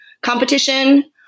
competition